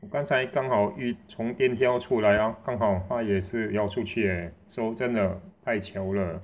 我刚才刚好一从电梯要出来 hor 刚好他也是要出去 leh so 真的太巧了